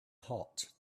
hot